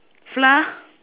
flour